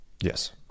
yes